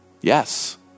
yes